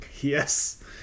Yes